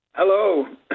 Hello